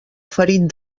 ferit